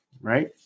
right